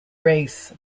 race